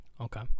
Okay